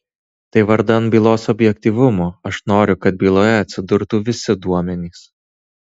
tai vardan bylos objektyvumo aš noriu kad byloje atsidurtų visi duomenys